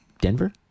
Denver